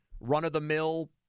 run-of-the-mill